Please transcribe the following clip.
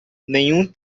nenhum